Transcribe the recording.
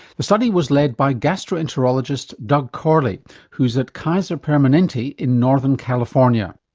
the study was led by gastroenterologist doug corley who's at kaiser permanente in northern california.